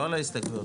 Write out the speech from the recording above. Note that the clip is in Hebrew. לא להסתייגויות.